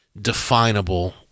definable